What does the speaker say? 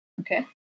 Okay